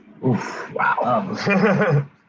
Wow